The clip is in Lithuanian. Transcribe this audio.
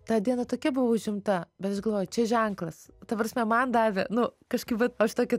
ta diena tokia buvo užimta bet aš galvoju čia ženklas ta prasme man davė nu kažkaip vat aš tokia